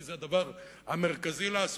כי זה הדבר המרכזי לעשותו.